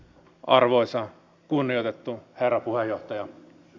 arvoisa kunnioitettu herra puhemies